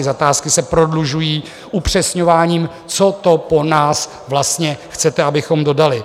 Zakázky se prodlužují upřesňováním, co to po nás vlastně chcete, abychom dodali.